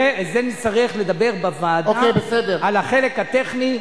נצטרך לדבר בוועדה על החלק הטכני.